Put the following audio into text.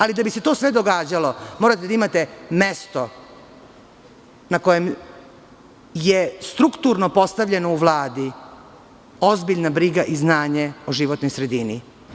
Ali, da bi se to sve događalo, morate da imate mesto na kojem je strukturno postavljeno u Vladi ozbiljna briga i znanje o životnoj sredini.